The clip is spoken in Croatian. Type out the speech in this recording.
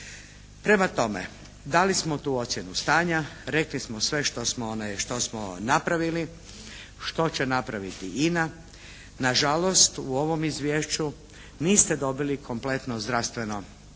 Prema tome dali smo tu ocjenu stanja, rekli smo sve što smo napravili. Što će napraviti INA. Nažalost u ovom izvješću niste dobili kompletno zdravstveno izvješće